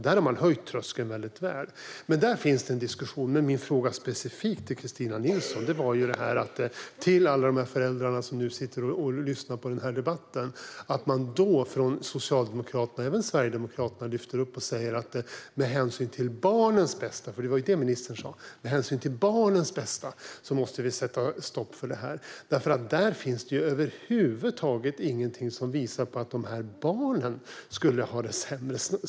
Där har man höjt tröskeln väl. Så där finns en diskussion. Men min fråga specifikt till Kristina Nilsson rörde att Socialdemokraterna och Sverigedemokraterna säger till de föräldrar som nu lyssnar på debatten att med hänsyn till barnens bästa måste vi sätta stopp för surrogatmoderskap. Men det finns över huvud taget inget som visar att barnen skulle ha det sämre.